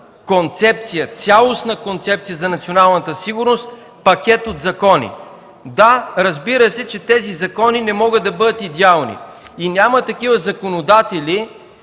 на база цялостна концепция за националната сигурност пакет от закони. Да, разбира се, че тези закони не могат да бъдат идеални, и няма такива законодатели